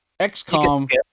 XCOM